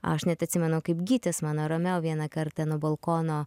aš net atsimenu kaip gytis mano romeo vieną kartą nuo balkono